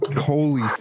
Holy